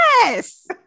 yes